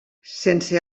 sense